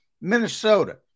Minnesota